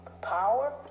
Power